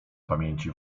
pamięci